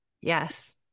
Yes